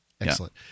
Excellent